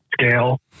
scale